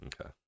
Okay